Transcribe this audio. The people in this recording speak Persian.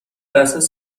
اساس